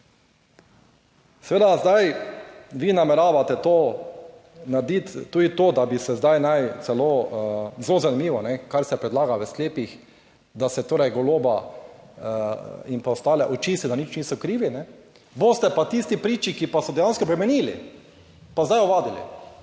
Seveda, zdaj vi nameravate to narediti, tudi to, da bi se zdaj naj celo, zelo zanimivo, kar se predlaga v sklepih, da se torej Goloba in pa ostale / nerazumljivo/, da nič niso krivi, kajne, boste pa tisti priči, ki pa so dejansko bremenili, pa zdaj ovadili.